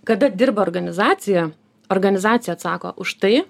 kada dirba organizacija organizacija atsako už tai